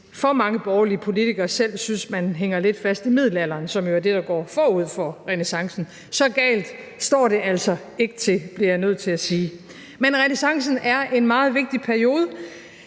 for mange borgerlige politikere selv synes, at man hænger lidt fast i middelalderen, som jo er det, der går forud for renæssancen. Så galt står det altså ikke til, bliver jeg nødt til at sige. Kl. 21:48 Men renæssancen er en meget vigtig periode,